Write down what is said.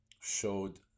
showed